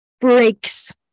breaks